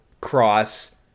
Cross